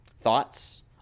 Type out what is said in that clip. Thoughts